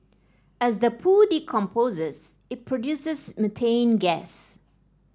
as the poo decomposes it produces methane gas